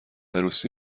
عروسی